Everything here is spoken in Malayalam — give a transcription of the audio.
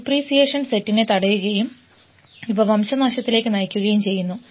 ഡിപ്രീസിയേഷൻ സെറ്റിനെ തടയുകയും ഇവ വംശനാശത്തിലേക്ക് നയിക്കുകയും ചെയ്യുന്നു